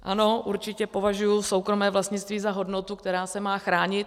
Ano, určitě považuji soukromé vlastnictví za hodnotu, která se má chránit.